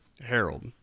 Harold